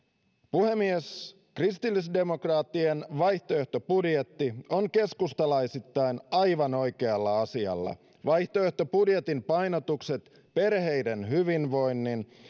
puhemies kristillisdemokraattien vaihtoehtobudjetti on keskustalaisittain aivan oikealla asialla vaihtoehtobudjetin painotukset perheiden hyvinvoinnin